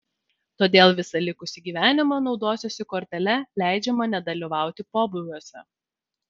todėl visą likusį gyvenimą naudosiuosi kortele leidžiama nedalyvauti pobūviuose